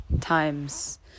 times